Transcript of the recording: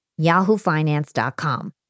yahoofinance.com